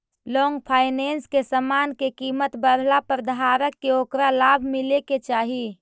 long finance में समान के कीमत बढ़ला पर धारक के ओकरा लाभ मिले के चाही